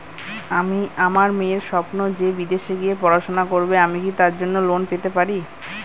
আমার মেয়ের স্বপ্ন সে বিদেশে গিয়ে পড়াশোনা করবে আমি কি তার জন্য লোন পেতে পারি?